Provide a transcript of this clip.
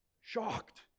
shocked